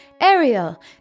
Ariel